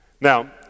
Now